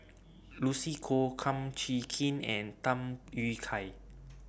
Lucy Koh Kum Chee Kin and Tham Yui Kai